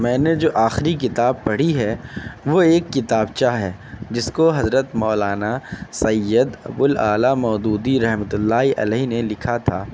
میں نے جو آخری کتاب پڑھی ہے وہ ایک کتابچہ ہے جس کو حضرت مولانا سید ابوالاعلیٰ مودودی رحمتہ اللہ علیہ نے لکھا تھا